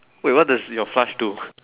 wait what does your flush do